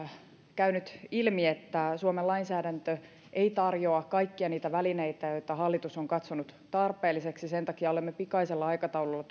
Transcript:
käynyt ilmi että suomen lainsäädäntö ei tarjoa kaikkia niitä välineitä joita hallitus on katsonut tarpeelliseksi sen takia olemme pikaisella aikataululla